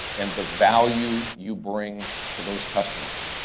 and the value you bring to those customers.